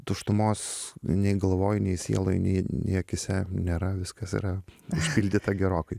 tuštumos nei galvoj nei sieloj nei nė akyse nėra viskas yra užpildyta gerokai